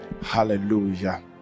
hallelujah